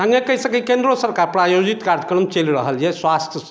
संगे कहि सकै छी केन्द्रो सरकार प्रायोजित कार्यक्रम चलि रहल अछि स्वास्थ्य